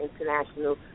international